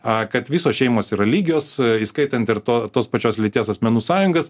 a kad visos šeimos yra lygios įskaitant ir to tos pačios lyties asmenų sąjungas